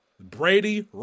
Brady